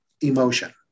emotion